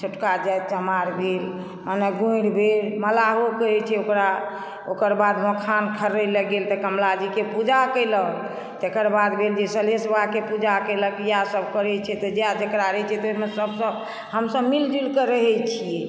छोटका जाति चमार भेल माने गोढ़ि भेल मलाहो कहै छै ओकरा ओकर बाद मखान खर्रै लऽ गेल तऽ कमलाजीके पूजा कयलक तेकर बाद भेल जे सलहेस बबाके पूजा कयलक इएह सब करै छै जएह जकरा रहै छै ओहिमे हमसब मिल जुलि कऽ रहै छियै